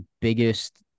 biggest